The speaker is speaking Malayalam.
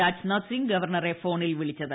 രാജ്നാഥ് സിംഗ് ഗവർണറെ ഫോണിൽ വിളിച്ചത്